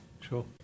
Sure